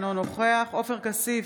אינו נוכח עופר כסיף,